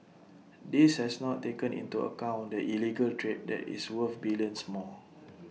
this has not taken into account the illegal trade that is worth billions more